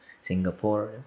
Singapore